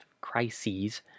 crises